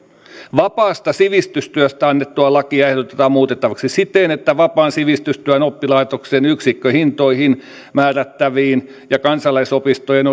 vapaasta sivistystyöstä annettua lakia ehdotetaan muutettavaksi siten että vapaan sivistystyön oppilaitoksen yksikköhintoihin määrättäviin ja kansalaisopistojen